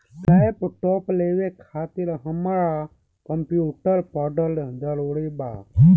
Laptop लेवे खातिर हमरा कम्प्युटर पढ़ल जरूरी बा?